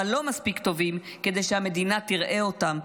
אבל לא מספיק טובים כדי שהמדינה תראה אותם,